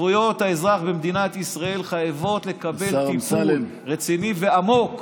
זכויות האזרח במדינת ישראל חייבות לקבל טיפול רציני ועמוק.